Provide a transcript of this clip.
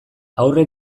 aurre